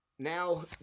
now